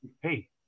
hey